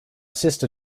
sister